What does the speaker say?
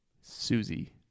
Susie